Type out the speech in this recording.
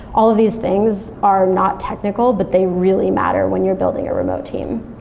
all of these things are not technical, but they really matter when you're building a remote team